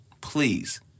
Please